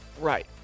Right